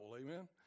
amen